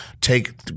Take